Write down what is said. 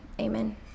Amen